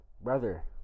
brother